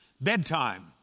bedtime